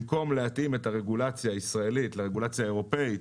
במקום להתאים את הרגולציה הישראלית לרגולציה האירופאית